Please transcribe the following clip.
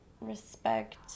respect